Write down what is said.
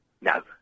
No